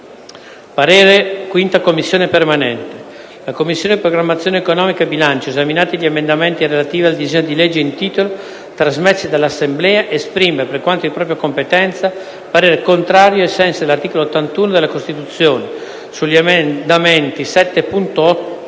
presentate dal Governo». «La Commissione programmazione economica, bilancio, esaminati gli emendamenti relativi al disegno di legge in titolo, trasmessi dall’Assemblea, esprime, per quanto di propria competenza, parere contrario, ai sensi dell’articolo 81 della Costituzione, sulle proposte 11.202,